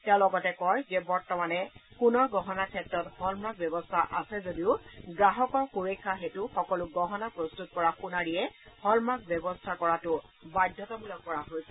তেওঁ লগতে কয় যে বৰ্তমানে সোণৰ গহণাৰ ক্ষেত্ৰত হলমাৰ্ক ব্যৱস্থা আছে যদিও গ্ৰাহকৰ সুৰক্ষা হেতু সকলো গহণা প্ৰস্তুত কৰা সোণাৰীয়ে হলমাৰ্ক ব্যৱস্থা কৰাতো বাধ্যতামূলক কৰা হৈছে